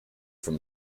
from